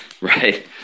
Right